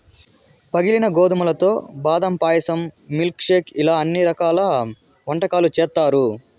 పగిలిన గోధుమలతో బాదం పాయసం, మిల్క్ షేక్ ఇలా అన్ని రకాల వంటకాలు చేత్తారు